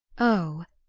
oh,